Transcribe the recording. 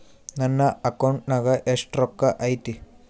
ನನ್ನ ಅಕೌಂಟ್ ನಾಗ ಎಷ್ಟು ರೊಕ್ಕ ಐತಿ?